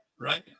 Right